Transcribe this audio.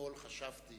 אתמול חשבתי